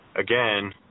again